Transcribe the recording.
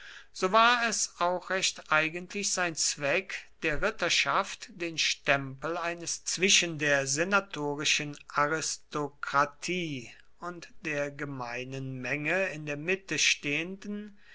so war es auch recht eigentlich sein zweck der ritterschaft den stempel eines zwischen der senatorischen aristokratie und der gemeinen menge in der mitte stehenden